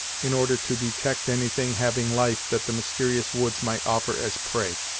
in order to detect anything having life that the mysterious woods might offer as prey.